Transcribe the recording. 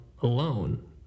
alone